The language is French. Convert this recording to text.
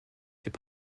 fait